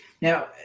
Now